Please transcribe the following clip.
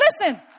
Listen